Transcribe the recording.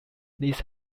this